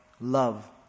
love